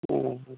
हाँ हाँ